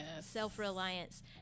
self-reliance